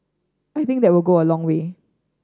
I think that will go a long way